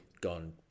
gone